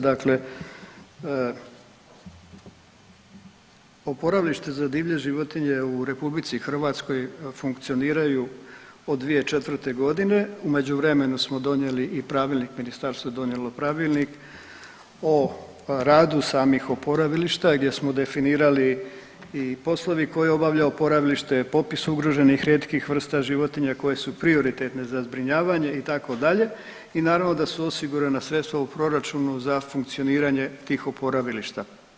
Dakle, oporavilište za divlje životinje u RH funkcioniraju od 2004. g., u međuvremenu smo donijeli i pravilnik, Ministarstvo je donijelo pravilnik o radu samih oporavilišta gdje smo definirali i poslovi koje obavlja oporavilište, popis ugroženih rijetkih vrsta životinja koje su prioritetne za zbrinjavanje, itd. i naravno da su osigurana sredstva u proračunu za funkcioniranje tih oporavilišta.